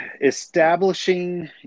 Establishing